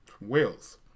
Wales